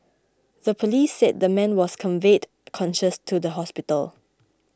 the police said the man was conveyed conscious to hospital